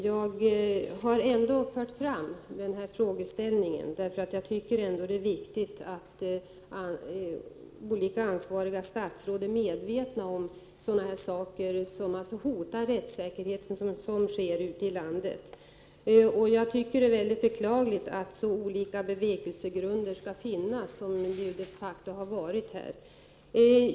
Fru talman! Jag har fört fram den här frågeställningen, därför att jag tycker det är viktigt att olika ansvariga statsråd är medvetna om sådana här saker som sker ute i landet och som alltså hotar rättssäkerheten. Det är beklagligt att så olika bevekelsegrunder skall finnas som det de facto har funnits i det här fallet.